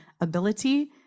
ability